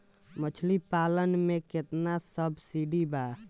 मछली पालन मे केतना सबसिडी बा?